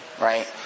right